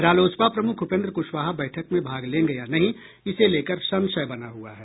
रालोसपा प्रमुख उपेन्द्र कुशवाहा बैठक में भाग लेंगे या नहीं इसे लेकर संशय बना हुआ है